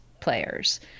players